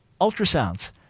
Ultrasounds